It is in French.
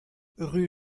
rue